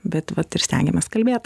bet vat ir stengiamės kalbėt